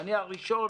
אני הראשון